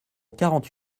quarante